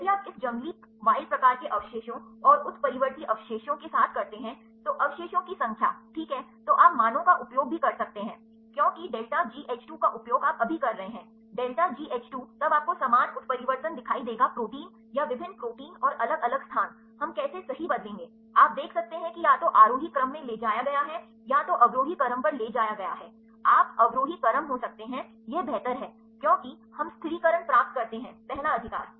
यदि आप इस जंगली प्रकार के अवशेषों और उत्परिवर्ती अवशेषों के साथ करते हैं और अवशेषों की संख्या ठीक है तो आप मानों का उपयोग भी कर सकते हैं क्योंकि डेल्टा GH 2 का उपयोग आप अभी कर रहे हैं डेल्टा GH 2 तब आपको समान उत्परिवर्तन दिखाई देगा प्रोटीन या विभिन्न प्रोटीन और अलग अलग स्थान हम कैसे सही बदलेंगे आप देख सकते हैं कि या तो आरोही क्रम में ले जाया गया है या तो अवरोही क्रम पर ले जाया गया है आप अवरोही क्रम हो सकते हैं यह बेहतर है क्योंकि हम स्थिरीकरण प्राप्त करते हैं पहला अधिकार